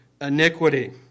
iniquity